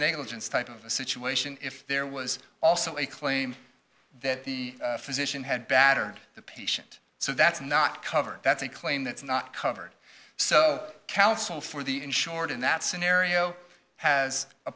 negligence type of a situation if there was also a claim that the physician had battered the patient so that's not covered that's a claim that's not covered so counsel for the insured in that scenario has a